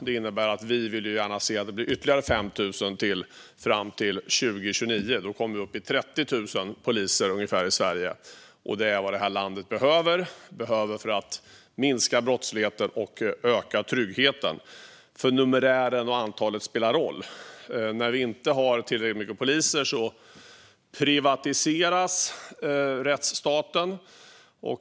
Det innebär att vi gärna vill se att det blir ytterligare 5 000 fram till 2029. Då kommer vi upp i ungefär 30 000 poliser i Sverige, och det är vad det här landet behöver för att minska brottsligheten och öka tryggheten, för numerären spelar roll. När vi inte har tillräckligt många poliser privatiseras rättsstaten.